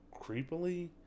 creepily